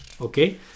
Okay